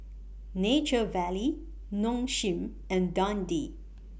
Nature Valley Nong Shim and Dundee